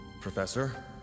professor